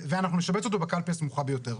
ואנחנו נשבץ אותו בקלפי הסמוכה ביותר.